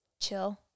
chill